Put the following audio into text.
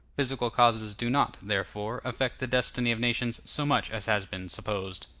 physical causes do not, therefore, affect the destiny of nations so much as has been supposed.